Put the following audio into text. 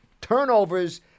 turnovers